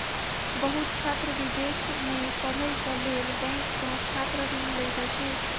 बहुत छात्र विदेश में पढ़ैक लेल बैंक सॅ छात्र ऋण लैत अछि